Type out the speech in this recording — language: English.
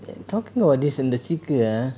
talking about this இந்த சீக்கு ஆ:intha seeku aa ah